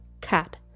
cat